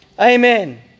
Amen